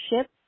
ship